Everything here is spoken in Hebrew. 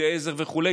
ופקידי עזר וכו'.